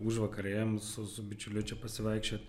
užvakar ėjom su su bičiuliu čia pasivaikščiot